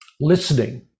listening